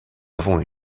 avons